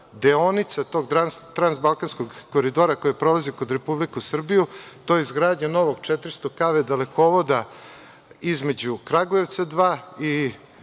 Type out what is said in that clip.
deonica tog Transbalkanskog koridora koji prolazi kroz Republiku Srbiju. To je izgradnja novog 400kv dalekovoda između Kragujevca dva